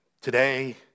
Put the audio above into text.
today